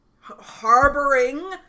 harboring